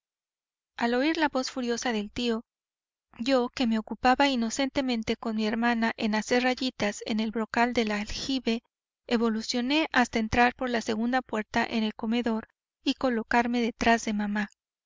al oir la voz furiosa del tío yo que me ocupaba inocentemente con mi hermana en hacer rayitas en el brocal del aljibe evolucioné hasta entrar por la segunda puerta en el comedor y colocarme detrás de mamá